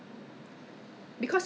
I really cannot remember